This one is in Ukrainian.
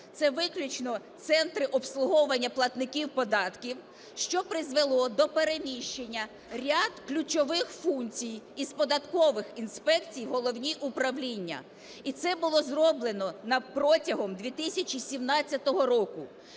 це виключно центри обслуговування платників податків, що призвело до переміщення ряду ключових функцій із податкових інспекцій в головні управління. І це було зроблено протягом 2017 року.